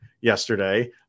yesterday